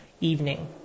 evening